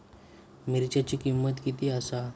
मिरच्यांची किंमत किती आसा?